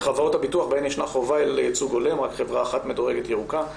בחברות הביטוח בהן ישנה חובה לייצוג הולם רק חברה אחת מדורגת ירוקה,